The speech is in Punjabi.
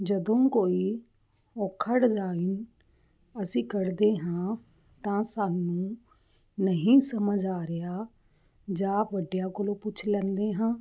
ਜਦੋਂ ਕੋਈ ਉਖੜ ਜਾਏ ਅਸੀਂ ਕੱਢਦੇ ਹਾਂ ਤਾਂ ਸਾਨੂੰ ਨਹੀਂ ਸਮਝ ਆ ਰਿਹਾ ਜਾ ਵੱਡਿਆਂ ਕੋਲੋਂ ਪੁੱਛ ਲੈਂਦੇ ਹਾਂ